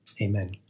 amen